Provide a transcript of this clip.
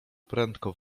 prędko